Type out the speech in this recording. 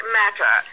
matter